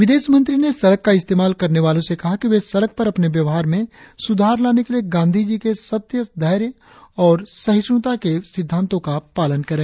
विदेशमंत्री ने सड़क का इस्तेमाल करने वालों से कहा कि वे सड़क पर अपने व्यवहार में सुधार लाने के लिये गांधीजी के सत्य धैर्य और सहिष्णुता के सिद्धांतों का पालन करे